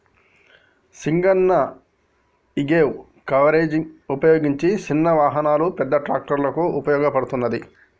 సింగన్న యీగేప్ కవరేజ్ ఉపయోగించిన సిన్న వాహనాలు, పెద్ద ట్రక్కులకు ఉపయోగించబడతది